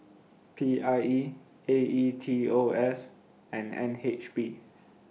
P I E A E T O S and N H B